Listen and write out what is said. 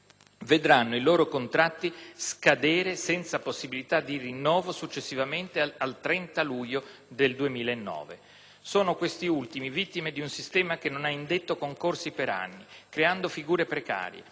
vedranno i loro contratti scadere senza possibilità di rinnovo successivamente al 30 luglio di quest'anno. Sono, questi ultimi, vittime di un sistema che non ha indetto concorsi per anni, creando figure precarie,